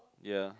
ya